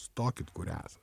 stokit kur esat